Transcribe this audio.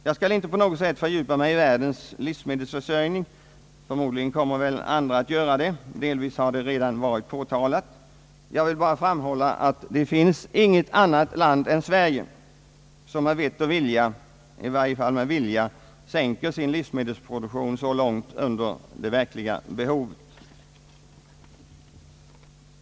Jag skall inte på något sätt fördjupa mig i världens livsmedelsförsörjning. Förmodligen kommer väl andra att göra det. Delvis har det redan varit påtalat. Jag vill bara framhålla att det inte finns något annat land än Sverige som med vett och vilja — i varje fall med vilja — sänker sin livsmedelsproduktion så långt under det verkliga behovet.